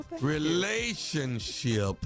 Relationship